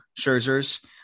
Scherzers